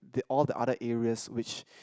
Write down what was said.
the all the other areas which